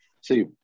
See